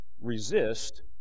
Resist